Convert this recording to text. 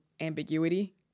ambiguity